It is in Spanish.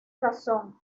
razón